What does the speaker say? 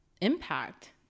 impact